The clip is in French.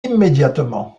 immédiatement